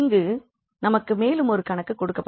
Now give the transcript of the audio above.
இங்கு நமக்கு மேலும் ஒரு கணக்கு கொடுக்கப்பட்டுள்ளது